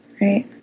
right